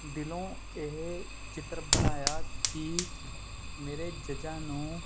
ਦਿਲੋਂ ਇਹ ਚਿੱਤਰ ਬਣਾਇਆ ਕਿ ਮੇਰੇ ਜੱਜਾਂ ਨੂੰ